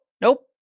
nope